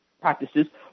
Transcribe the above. practices